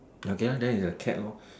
okay lah then is a cat lor